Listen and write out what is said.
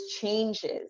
changes